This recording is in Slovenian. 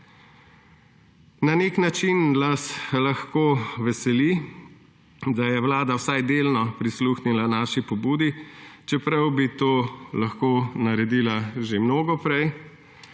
Na nek način nas lahko veseli, da je Vlada vsaj delno prisluhnila naši pobudi, čeprav bi to lahko naredila že mnogo prej